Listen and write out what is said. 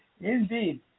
Indeed